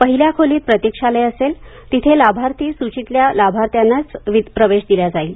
पहिल्या खोलीत प्रतिक्षालय असेल तिथे लाभार्थी सूचितल्या लाभार्थ्यांनाच प्रवेश दिला जाईल